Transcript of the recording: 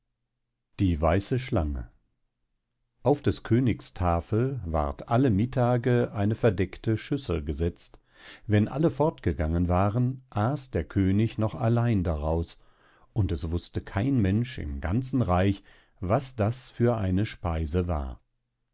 die weiße schlange auf des königs tafel ward alle mittage eine verdeckte schüssel gesetzt wenn alle fortgegangen waren aß der könig noch allein daraus und es wußte kein mensch im ganzen reich was das für eine speise war